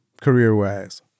career-wise